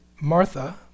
Martha